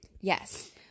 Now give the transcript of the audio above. Yes